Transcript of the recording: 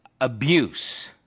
abuse